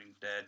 Dead